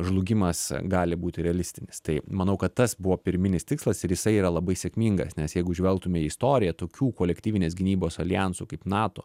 žlugimas gali būti realistinis tai manau kad tas buvo pirminis tikslas ir jisai yra labai sėkmingas nes jeigu žvelgtume į istoriją tokių kolektyvinės gynybos aljansų kaip nato